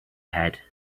had